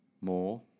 more